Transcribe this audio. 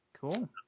Cool